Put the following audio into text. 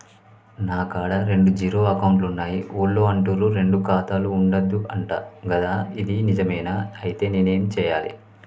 నా కాడా రెండు జీరో అకౌంట్లున్నాయి ఊళ్ళో అంటుర్రు రెండు ఖాతాలు ఉండద్దు అంట గదా ఇది నిజమేనా? ఐతే నేనేం చేయాలే?